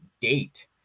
date